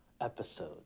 episode